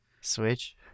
Switch